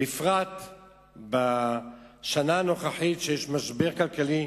בפרט בשנה הנוכחית, שיש משבר כלכלי,